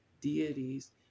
deities